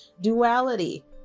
Duality